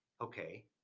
okay